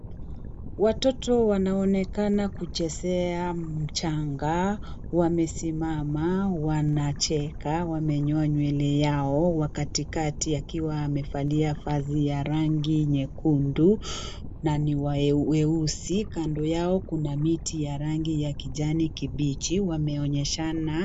Watoto wanaonekana kuchezea mchanga. Wamesimama, wanacheka, wamenyoa nywele yao wa katikati akiwa amevalia vazi ya rangi nyekundu na ni weusi. Kando yao, kuna miti ya rangi ya kijani kibichi, wameonyeshana.